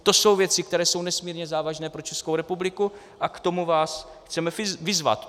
To jsou věci, které jsou nesmírně závažné pro Českou republiku, a k tomu vás chceme vyzvat.